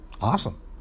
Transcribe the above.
Awesome